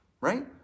right